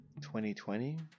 2020